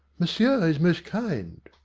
monsieur is most kind.